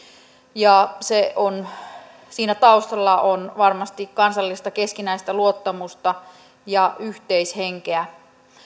ja siinä taustalla on varmasti kansallista keskinäistä luottamusta ja yhteishenkeä